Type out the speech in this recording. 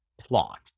plot